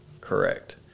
correct